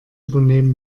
übernehmen